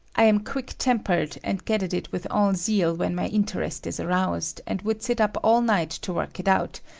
i am quick tempered, and get at it with all zeal when my interest is aroused, and would sit up all night to work it out,